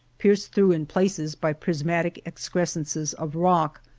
pierced through in places by pris matic excrescences of rock.